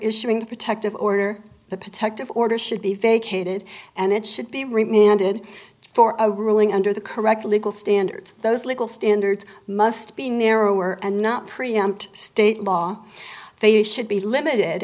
issuing the protective order the protective order should be vacated and it should be remitted for a ruling under the correct legal standards those legal standards must be narrower and not preempt state law they should be limited